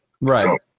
right